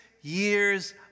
years